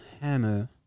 hannah